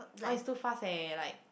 oh it's too fast eh like